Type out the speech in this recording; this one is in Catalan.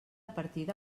partida